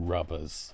Rubbers